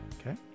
Okay